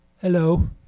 Hello